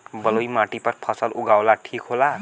बलुई माटी पर फसल उगावल ठीक होला?